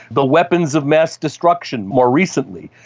the weapons of mass destruction, more recently.